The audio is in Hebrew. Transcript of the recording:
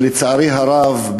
לצערי הרב,